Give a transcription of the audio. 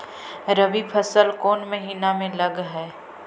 रबी फसल कोन महिना में लग है?